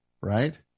Right